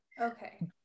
Okay